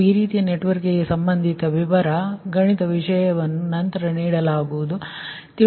ನೀವು ಈ ರೀತಿಯ ನೆಟ್ವರ್ಕಗೆ ಸಂಬಂಧಿತ ವಿವರ ಗಣಿತ ವಿಷಯಗಳನ್ನು ನಂತರ ನೀಡಲಾಗುವುದು ಸರಿ